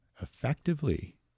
effectively